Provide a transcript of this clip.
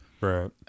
right